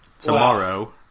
tomorrow